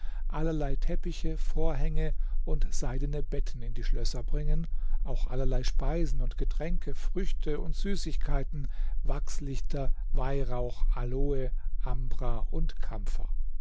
allerlei teppiche vorhänge und seidene betten in die schlösser bringen auch allerlei speisen und getränke früchte und süßigkeiten wachslichter weihrauch aloe ambra und kampfer